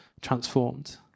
transformed